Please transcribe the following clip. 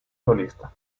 solista